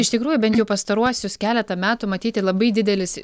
iš tikrųjų bent jau pastaruosius keletą metų matyti labai didelis